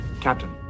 Captain